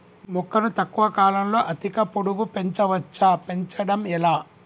మొక్కను తక్కువ కాలంలో అధిక పొడుగు పెంచవచ్చా పెంచడం ఎలా?